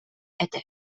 этэ